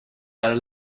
här